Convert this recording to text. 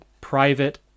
private